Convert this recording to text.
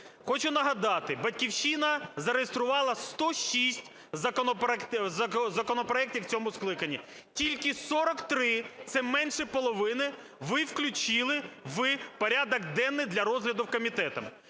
Хочу нагадати: "Батьківщина" зареєструвала 106 законопроектів у цьому скликанні. Тільки 43 – це менше половини – ви включили в порядок денний для розгляду в комітетах.